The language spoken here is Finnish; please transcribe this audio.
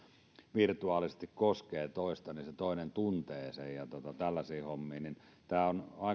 virtuaalisesti koskee toista niin se toinen tuntee sen ja tällaisia hommia tämä on